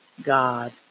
God